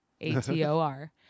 A-T-O-R